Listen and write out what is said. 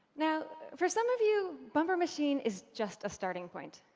now for some of you, bumper machine is just a starting point.